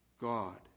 God